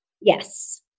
Yes